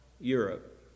Europe